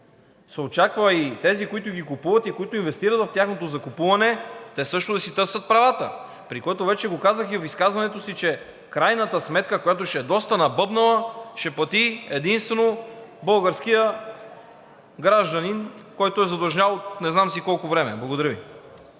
се очаква и тези, които ги купуват и които инвестират в тяхното закупуване, те също да си търсят правата. Вече го казах и в изказването си, че крайната сметка, която ще е доста набъбнала, ще плати единствено българският гражданин, който е задлъжнял от не знам си колко време. Благодаря Ви.